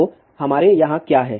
तो हमारे यहाँ क्या है